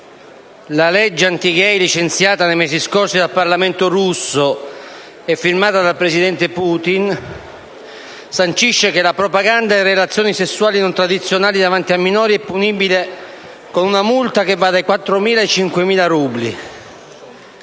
la legge *anti-gay* licenziata nei mesi scorsi dal Parlamento russo e firmata dal presidente Putin sancisce che la ''propaganda di relazioni sessuali non tradizionali davanti a minori'' è punibile con una multa che va dai 4.000 ai 5.000 rubli.